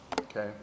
Okay